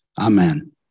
Amen